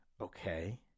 okay